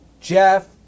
Jeff